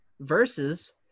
versus